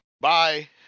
Bye